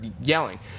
yelling